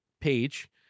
page